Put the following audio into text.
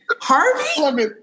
Harvey